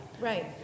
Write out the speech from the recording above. Right